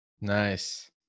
nice